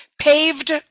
paved